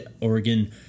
Oregon